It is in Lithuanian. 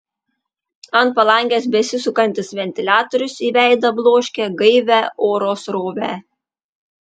ant palangės besisukantis ventiliatorius į veidą bloškė gaivią oro srovę